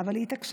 אבל היא התעקשה,